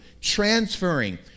transferring